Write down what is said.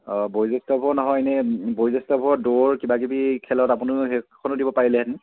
অঁ বয়োজ্যেষ্ঠবোৰৰ নহয় এনেই বয়োজ্যেষ্ঠবোৰৰ দৌৰ কিবাকিবি খেলত আপুনি সেইকেইখনো দিব পাৰিলে হেতেন